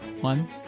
One